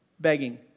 begging